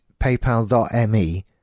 paypal.me